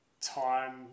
time